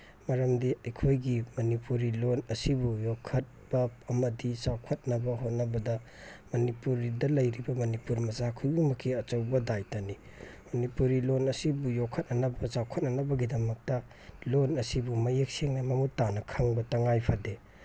ꯃꯔꯝꯗꯤ ꯑꯩꯈꯣꯏꯒꯤ ꯃꯅꯤꯄꯨꯔꯤ ꯂꯣꯟ ꯑꯁꯤꯕꯨ ꯌꯣꯛꯈꯠꯄ ꯑꯃꯗꯤ ꯆꯥꯎꯈꯠꯅꯕ ꯍꯣꯠꯅꯕꯗ ꯃꯅꯤꯄꯨꯔꯤꯗ ꯂꯩꯔꯤꯕ ꯃꯅꯤꯄꯨꯔꯤ ꯃꯆꯥ ꯈꯨꯗꯤꯡꯃꯛꯀꯤ ꯑꯆꯧꯕ ꯗꯥꯏꯇꯅꯤ ꯃꯅꯤꯄꯨꯔꯤ ꯂꯣꯟ ꯑꯁꯤꯕꯨ ꯌꯣꯛꯈꯠꯈꯟꯅꯕ ꯆꯥꯎꯈꯠꯅꯅꯕꯒꯤꯗꯃꯛꯇ ꯂꯣꯟ ꯑꯁꯤꯕꯨ ꯃꯌꯦꯛ ꯁꯦꯡꯅ ꯃꯃꯨꯠ ꯇꯥꯅ ꯈꯪꯕ ꯇꯉꯥꯏꯐꯗꯦ